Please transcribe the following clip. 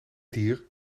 dier